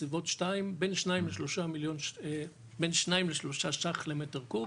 סביבות בין שניים לשלושה שקלים למטר קוב,